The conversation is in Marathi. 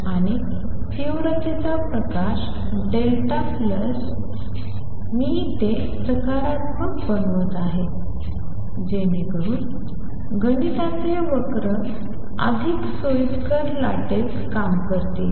आणि तीव्रतेचा प्रकाश I प्लस डेल्टा I मी ते सकारात्मक बनवत आहे जेणेकरून गणिताचे वक्र अधिक सोयीस्कर लाटेत काम करतील